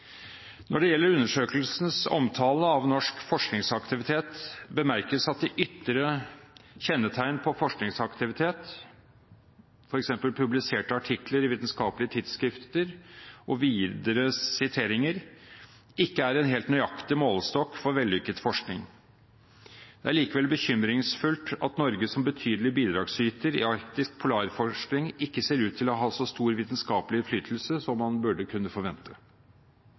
Når det gjelder undersøkelsens omtale av norsk forskningsaktivitet, bemerkes at de ytre kjennetegn på forskningsaktivitet, f.eks. publiserte artikler i vitenskapelige tidsskrifter og videre siteringer, ikke er en helt nøyaktig målestokk for vellykket forskning. Det er likevel bekymringsfullt at Norge som betydelig bidragsyter i arktisk polarforskning ikke ser ut til å ha så stor vitenskapelig innflytelse som man burde kunne forvente.